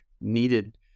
needed